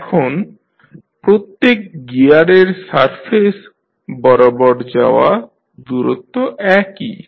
এখন প্রত্যেক গিয়ারের সারফেস বরাবর যাওয়া দুরত্ব একই